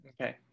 Okay